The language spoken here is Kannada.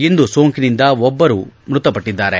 ಇಂದು ಸೋಂಕಿನಿಂದ ಒಬ್ಬರು ಮೃತಪಟ್ಟದ್ದಾರೆ